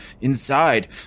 inside